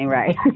right